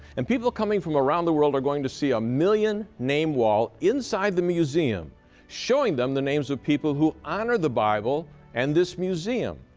and people coming from around the world are going to see a million name wall inside the museum showing them the names of people who honor the bible and this museum.